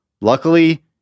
Luckily